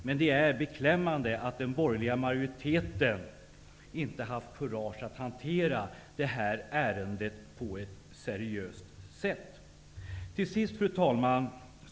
Det är emellertid beklämmande att den borgerliga majoriteten inte haft kurage att hantera detta ärendet på ett seriöst sätt. Fru talman!